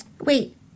Wait